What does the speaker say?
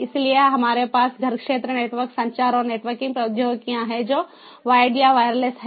इसलिए हमारे पास घर क्षेत्र नेटवर्क संचार और नेटवर्किंग प्रौद्योगिकियां हैं जो वायर्ड या वायरलेस हैं